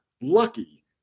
lucky